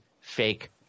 fake